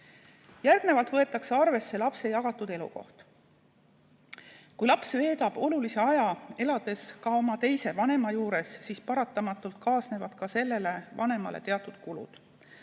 Järgmisena võetakse arvesse lapse jagatud elukohta. Kui laps veedab olulise aja ka oma teise vanema juures, siis paratamatult kaasnevad ka sellele vanemale teatud kulud,